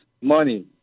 money